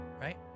right